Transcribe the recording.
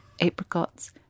apricots